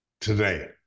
today